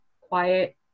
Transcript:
quiet